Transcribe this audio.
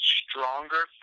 stronger